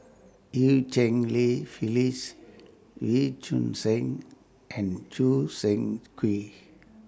EU Cheng Li Phyllis Wee Choon Seng and Choo Seng Quee